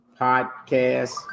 podcast